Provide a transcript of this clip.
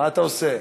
מה אתה עושה?